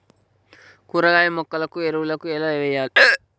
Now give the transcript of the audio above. కూరగాయ మొక్కలకు ఎరువులను ఎలా వెయ్యాలే?